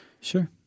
sure